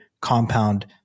Compound